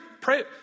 pray